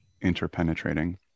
interpenetrating